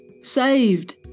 saved